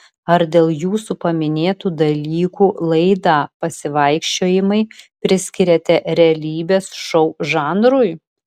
ar dėl jūsų paminėtų dalykų laidą pasivaikščiojimai priskiriate realybės šou žanrui